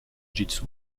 jitsu